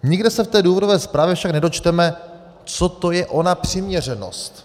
Nikde se v té důvodové zprávě však nedočteme, co to je ona přiměřenost.